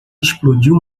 explodiu